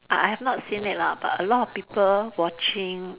I have not seen it lah but a lot of people watching